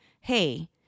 hey